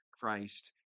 Christ